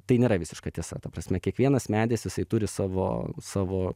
tai nėra visiška tiesa ta prasme kiekvienas medis jisai turi savo savo